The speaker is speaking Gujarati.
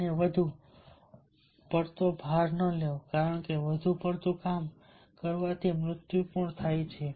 અને વધુ પડતો ભાર ન લેવો કારણ કે વધુ પડતું કામ કરવાથી મૃત્યુ પણ થાય છે